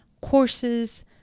courses